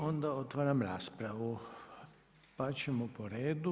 Onda otvaram raspravu, pa ćemo po redu.